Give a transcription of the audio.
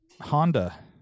Honda